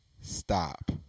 Stop